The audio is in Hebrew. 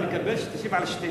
אני מקווה שתשיב על שתיהן,